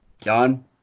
John